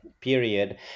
period